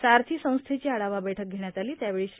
सारथी संस्थेची आढावा बैठक घेण्यात आली त्यावेळी श्री